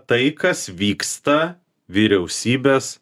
tai kas vyksta vyriausybės